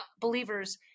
believers